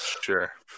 Sure